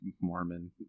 Mormon